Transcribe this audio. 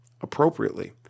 appropriately